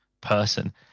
person